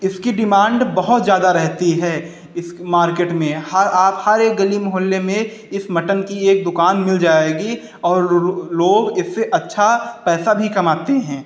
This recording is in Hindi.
इसकी डिमान्ड बहुत ज़्यादा रहती है इस मार्केट में हर आप हर एक गली मुहल्ले में इस मटन की एक दुकान मिल जाएगी और लोग इससे अच्छा पैसा भी कमाते हैं